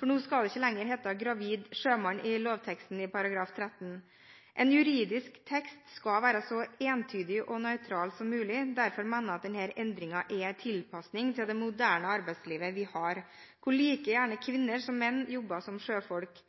for det skal ikke lenger hete «gravid sjømann», som det nå gjør i lovteksten, § 13. En juridisk tekst skal være så entydig og nøytral som mulig. Derfor mener jeg denne endringen er en tilpasning til det moderne arbeidslivet vi har, hvor kvinner like gjerne som menn jobber som sjøfolk.